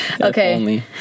Okay